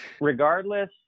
regardless